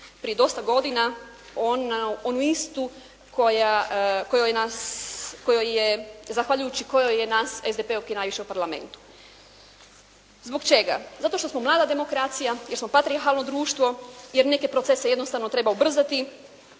prije dosta godina, onu istu kojoj je, zahvaljujući kojoj je nas SDP-ovki najviše u Parlamentu. Zbog čega? Zato što smo mlada demokracija, jer smo patrijarhalno društvo, jer neke procese jednostavno treba ubrzati,